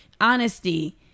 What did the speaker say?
Honesty